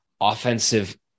offensive